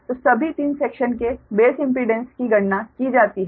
तो सभी 3 सेक्शन के बेस इम्पीडेंस की गणना की जाती है